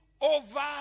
over